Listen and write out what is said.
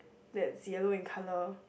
that's yellow in color